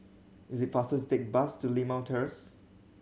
is it faster to take bus to Limau Terrace